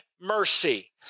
mercy